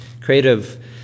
Creative